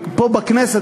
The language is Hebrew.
כי בכנסת,